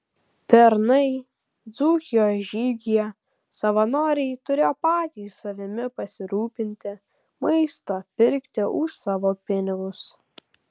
pernai dzūkijos žygyje savanoriai turėjo patys savimi pasirūpinti maistą pirkti už savo pinigus